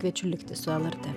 kviečiu likti su el er t